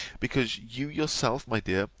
because you yourself, my dear,